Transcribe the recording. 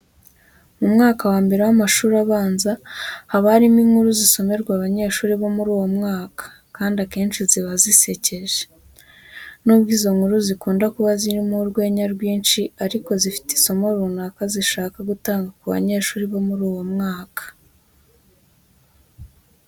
Mu mwaka wa mbere w'amashuri abanza haba harimo inkuru zisomerwa abanyeshuri bo muri uwo mwaka kandi akenshi ziba zisekeje. Nubwo izo nkuru zikunda kuba zirimo urwenya rwinshi ariko zifite isomo runaka zishaka gutanga ku banyeshuri bo muri uwo mwaka.